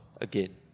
again